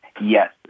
Yes